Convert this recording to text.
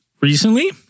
recently